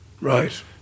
Right